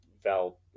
Val